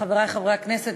חברי חברי הכנסת,